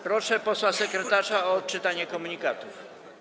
Proszę posła sekretarza o odczytanie komunikatów.